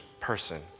person